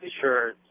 Sure